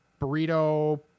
burrito